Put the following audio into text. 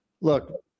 Look